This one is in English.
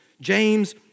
James